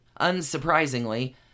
unsurprisingly